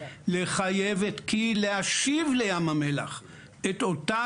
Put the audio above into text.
לחייב את כי"ל להשיב לים המלח את אותה